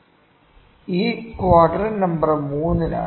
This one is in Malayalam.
ഇത് ക്വാഡ്രന്റ് നമ്പർ 3 ലാണ്